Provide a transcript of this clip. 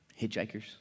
hitchhikers